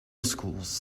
schools